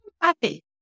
happy